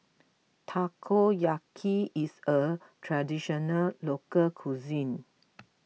Takoyaki is a Traditional Local Cuisine